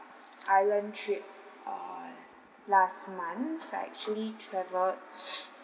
ireland trip on last month that I actually travel